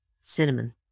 cinnamon